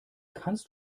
kannst